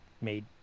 made